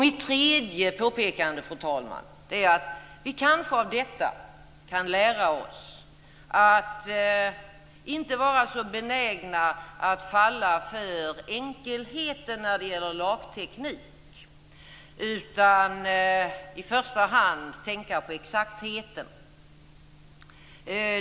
Mitt tredje påpekande, fru talman, är att vi kanske av detta kan lära oss att inte vara så benägna att falla för enkelheten när det gäller lagteknik utan i första hand tänka på exaktheten.